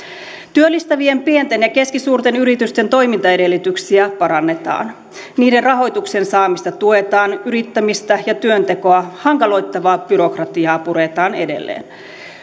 työllistävien pienten ja keskisuurten yritysten toimintaedellytyksiä parannetaan niiden rahoituksen saamista tuetaan yrittämistä ja työntekoa hankaloittavaa byrokratiaa puretaan edelleen